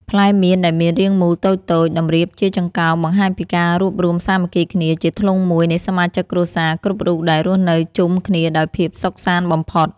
ផ្លែមៀនដែលមានរាងមូលតូចៗតម្រៀបជាចង្កោមបង្ហាញពីការរួបរួមសាមគ្គីគ្នាជាធ្លុងមួយនៃសមាជិកគ្រួសារគ្រប់រូបដែលរស់នៅជុំគ្នាដោយភាពសុខសាន្តបំផុត។